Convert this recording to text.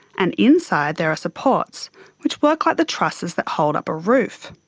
and inside there are supports which work like the trusses that hold up a roof.